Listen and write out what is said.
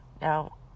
Now